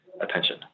attention